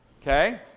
okay